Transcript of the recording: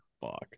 fuck